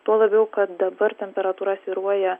tuo labiau kad dabar temperatūra svyruoja